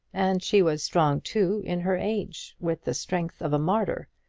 and she was strong too in her age, with the strength of a martyr,